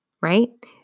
right